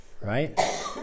right